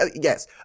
yes